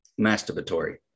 masturbatory